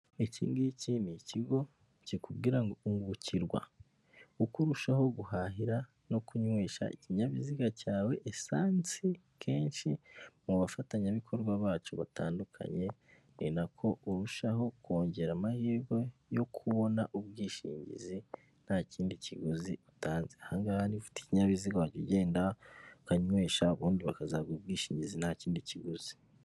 Iki ngiki ni ikigo kikubwira ngo ungukirwa, uko urushaho guhahira no kunywesha ikinyabiziga cyawe esansi kenshi, mu bafatanyabikorwa bacu batandukanye, ni nako urushaho kongera amahirwe yo kubona ubwishingizi, nta kindi kiguzi utanze, aha ngaha niba ufite ikinyabiziga, wajya ugenda ukanywesha, ubundi bakazaguha ubwishingizi nta kindi kiguzi.